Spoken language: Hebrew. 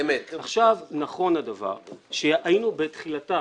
נכון הדבר שהיינו בתחילתה,